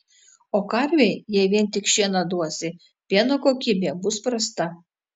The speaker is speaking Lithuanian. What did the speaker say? o karvei jei vien tik šieną duosi pieno kokybė bus prasta